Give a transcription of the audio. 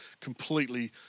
completely